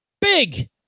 big